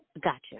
Gotcha